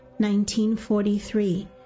1943